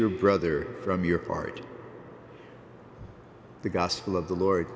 your brother from your card the gospel of the lord